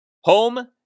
home